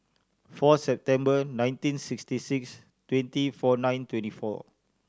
four September nineteen sixty six twenty four nine twenty four